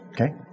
Okay